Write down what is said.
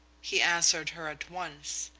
he answered her at once,